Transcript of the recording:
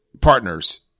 partners